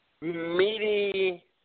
meaty